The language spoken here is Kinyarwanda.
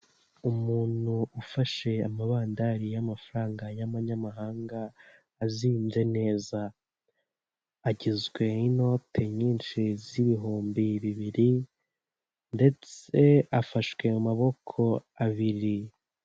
Umuntu ufashe amabandari y'amafaranga y'abanyamahanga azinze neza, agizwe n'inote nyinshi z'ibihumbi bibiri ndetse afashwe amaboko abiri.